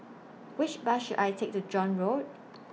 Which Bus should I Take to John Road